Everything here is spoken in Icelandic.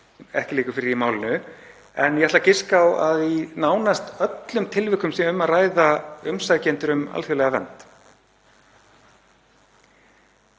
ekki liggur fyrir í málinu en ég ætla að giska á að í nánast öllum tilvikum sé um að ræða umsækjendur um alþjóðlega vernd.